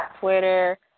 Twitter